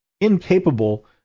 incapable